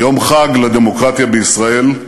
יום חג לדמוקרטיה בישראל,